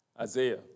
Isaiah